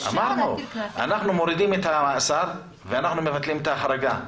אנחנו מורידים את המאסר ואנחנו מבטלים את החרגה.